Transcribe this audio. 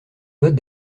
votes